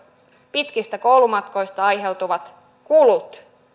pitkistä koulumatkoista aiheutuvat kulut